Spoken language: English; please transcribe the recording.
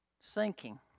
sinking